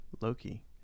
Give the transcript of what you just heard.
Loki